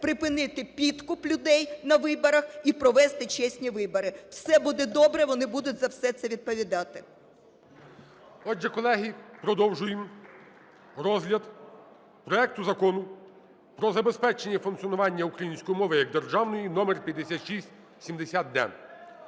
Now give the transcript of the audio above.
припинити підкуп людей на виборах і провести чесні вибори. Все буде добре, вони будуть за все це відповідати. ГОЛОВУЮЧИЙ. Отже, колеги, продовжуємо розгляд проекту Закону про забезпечення функціонування української мови як державної (№5670-д).